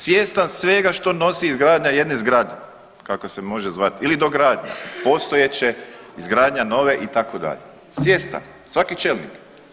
Svjestan svega što nosi izgradnja jedne zgrade kako se može zvat ili dogradnja postojeće izgradnja nove itd. svjestan svaki čelnik.